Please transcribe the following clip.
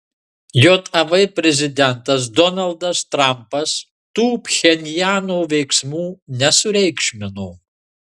jav prezidentas donaldas trampas tų pchenjano veiksmų nesureikšmino